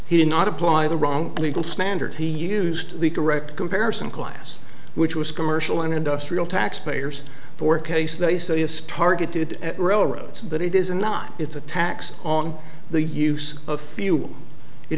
he did not apply the wrong legal standard he used the correct comparison class which was commercial and industrial taxpayers for case they say is targeted at railroads but it is not it's a tax on the use of few it